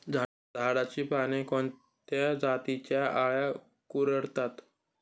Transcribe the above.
झाडाची पाने कोणत्या जातीच्या अळ्या कुरडतात?